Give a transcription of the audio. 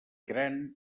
gran